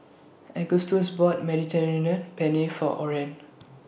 Agustus bought Mediterranean Penne For Orren